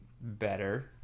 better